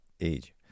age